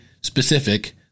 specific